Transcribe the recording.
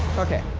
okay,